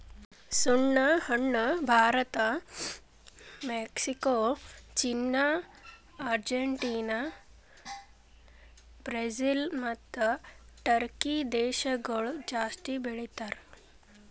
ಸುಣ್ಣ ಹಣ್ಣ Bharat, Mexico, China, Argentina, Brazil ಮತ್ತ ಟರ್ಕಿ ದೇಶಗೊಳ್ ಜಾಸ್ತಿ ಬೆಳಿತಾರ್